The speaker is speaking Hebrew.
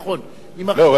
לא, הוא אדם זר לנו.